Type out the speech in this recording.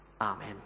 Amen